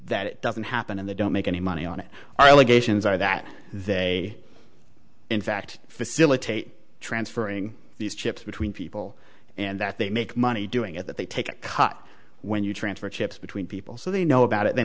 that that doesn't happen and they don't make any money on it are allegations are that they in fact facilitate transferring these chips between people and that they make money doing it that they take a cut when you transfer chips between people so they know about it they